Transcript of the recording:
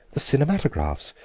the cinematographs,